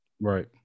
Right